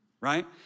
right